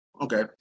Okay